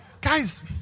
guys